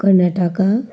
Karnataka